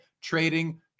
Trading